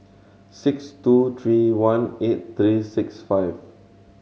six two tree one eight three six five